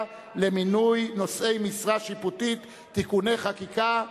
למינוי נושאי משרה שיפוטי (תיקוני חקיקה).